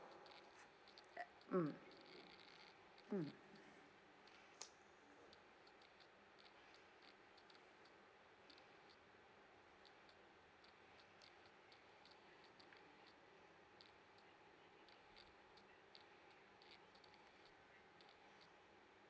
mm mm